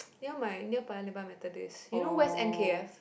near my near Paya-Lebar Methodist you know where's N_K_F